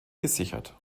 gesichert